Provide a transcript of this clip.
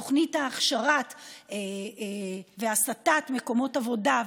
תוכנית הכשרה והסטת מקומות עבודה,